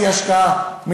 בהחלט, חברי מיקי לוי.